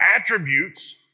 attributes